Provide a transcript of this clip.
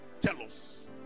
jealous